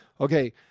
Okay